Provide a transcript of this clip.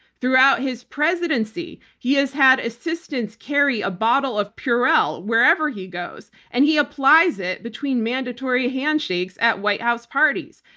throughout his presidency, he has had assistants carry a bottle of purell wherever he goes, and he applies it between mandatory handshakes at white house parties.